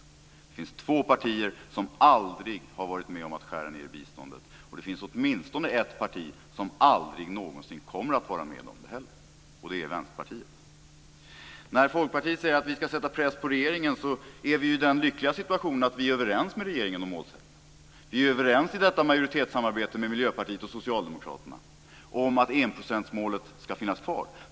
Det finns två partier som aldrig har varit med om att skära ned i biståndet, och det finns åtminstone ett parti som aldrig någonsin kommer att vara med om det heller. Det är Vänsterpartiet. När Folkpartiet säger att vi ska sätta press på regeringen är vi ju i den lyckliga situationen att vi är överens med regeringen om målsättningen. Vi är överens i detta majoritetssamarbete med Miljöpartiet och Socialdemokraterna om att enprocentsmålet ska finnas kvar.